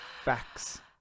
facts